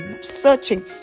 searching